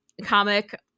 comic